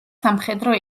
სამხედრო